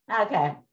Okay